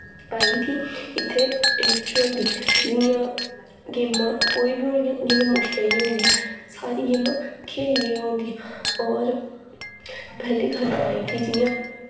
आई'ठी इत्थै रिचुअल दी जि'यां गेमां कोई ही होइयां गेम्मां मुश्कल निं होंदियां सारी गेम्मां खेलियै गै होंदियां होर पैह्ली गल्ल ते आई'ठी जि'यां